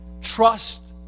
trust